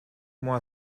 moi